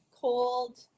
cold